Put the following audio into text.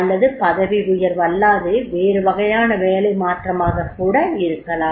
அல்லது பதவி உயர்வல்லாது வேறு வகையான வேலை மாற்றமாகக் கூட இருக்கலாம்